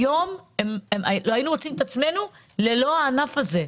היום היינו מוצאים עצמנו ללא הענף הזה.